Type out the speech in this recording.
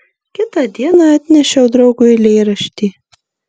kitą dieną atnešiau draugui eilėraštį